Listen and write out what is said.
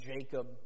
Jacob